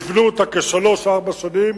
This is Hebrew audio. יבנו אותה כשלוש-ארבע שנים,